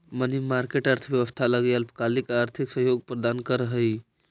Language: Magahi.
मनी मार्केट अर्थव्यवस्था लगी अल्पकालिक आर्थिक सहयोग प्रदान करऽ हइ